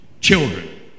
children